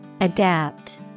Adapt